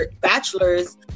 bachelors